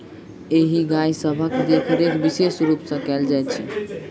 एहि गाय सभक देखरेख विशेष रूप सॅ कयल जाइत छै